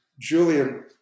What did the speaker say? Julian